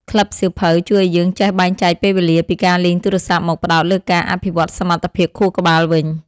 ក្លឹបសៀវភៅជួយឱ្យយើងចេះបែងចែកពេលវេលាពីការលេងទូរស័ព្ទមកផ្ដោតលើការអភិវឌ្ឍសមត្ថភាពខួរក្បាលវិញ។